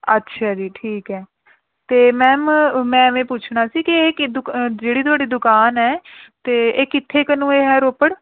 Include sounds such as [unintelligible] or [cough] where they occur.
ਅੱਛਾ ਜੀ ਠੀਕ ਹੈ ਅਤੇ ਮੈਮ ਮੈਂ ਐਵੇਂ ਪੁੱਛਣਾ ਸੀ ਕਿ ਇਹ ਕਿ [unintelligible] ਜਿਹੜੀ ਤੁਹਾਡੀ ਦੁਕਾਨ ਹੈ ਅਤੇ ਇਹ ਕਿੱਥੇ ਕੁ ਨੂੰ ਇਹ ਹੈ ਰੋਪੜ